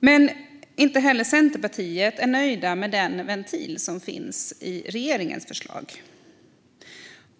Men inte heller vi i Centerpartiet är nöjda med den ventil som finns i regeringens förslag.